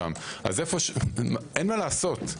אין מה לעשות.